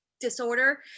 Disorder